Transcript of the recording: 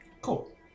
Cool